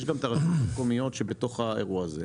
ויש גם את הרשויות המקומיות שבתוך האירוע הזה.